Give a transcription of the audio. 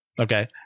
Okay